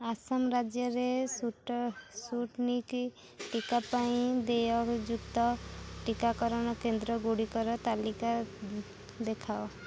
ଆସାମ ରାଜ୍ୟରେ ସୁଟ ସ୍ପୁଫ୍ଟନିକ ଟିକା ପାଇଁ ଦେୟଯୁକ୍ତ ଟିକାକରଣ କେନ୍ଦ୍ର ଗୁଡ଼ିକର ତାଲିକା ଦେଖାଅ